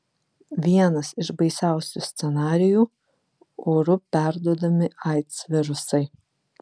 vienas iš baisiausių scenarijų oru perduodami aids virusai